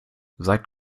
seit